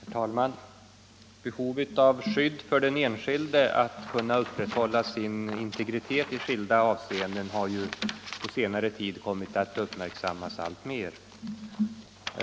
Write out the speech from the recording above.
Herr talman! Behovet av skydd för den enskilde att kunna upprätthålla sin integritet i skilda avseenden har ju på senare tid kommit att uppmärksammas alltmer.